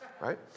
Right